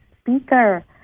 speaker